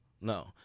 no